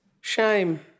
shame